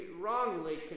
wrongly